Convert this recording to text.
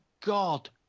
god